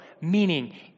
meaning